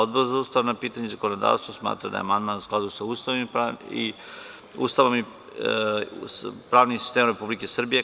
Odbor za ustavna pitanja i zakonodavstvo smatra da je amandman u skladu sa Ustavom i pravnim sistemom Republike Srbije.